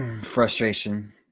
frustration